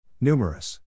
Numerous